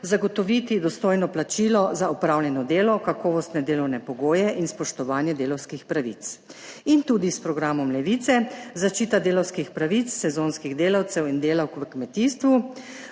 zagotoviti dostojno plačilo za opravljeno delo, kakovostne delovne pogoje in spoštovanje delavskih pravic in tudi s programom Levice zaščita delavskih pravic sezonskih delavcev in delavk v kmetijstvu,